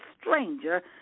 stranger